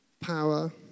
power